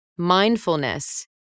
mindfulness